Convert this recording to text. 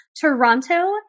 Toronto